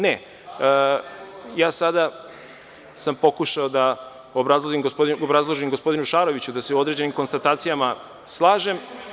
Ne, sada sam pokušao da obrazložim gospodinu Šaroviću da se određenim konstatacijama slažem…